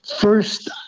First